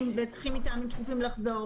וצריכים לחזור.